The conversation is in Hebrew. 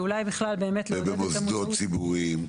ובמוסדות ציבוריים.